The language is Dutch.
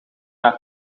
haar